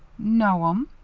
no'm.